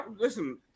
Listen